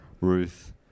Ruth